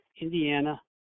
Indiana